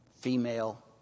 female